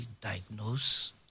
diagnose